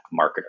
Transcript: marketer